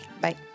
Bye